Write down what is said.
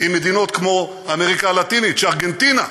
עם מדינות אמריקה הלטינית, כמו ארגנטינה,